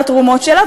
על התרומות שלה,